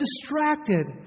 distracted